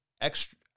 extra